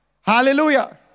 Hallelujah